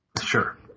Sure